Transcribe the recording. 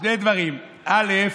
שני דברים: א.